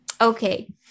okay